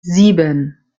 sieben